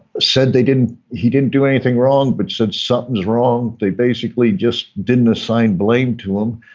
said they didn't he didn't do anything wrong but said something was wrong. they basically just didn't assign blame to him.